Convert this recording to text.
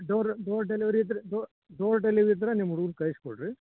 door door delivery ಆಯ್ತು ರೀ door delivery ಇದ್ರೆ ನಿಮ್ಮ ಹುಡ್ಗುರು ಕಳ್ಸಿ ಕೊಡ್ರೀ